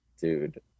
dude